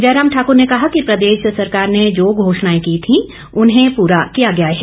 जयराम ठाकर ने कहा कि प्रदेश सरकार ने जो घोषणाएं की थी उन्हें पूरा किया गया है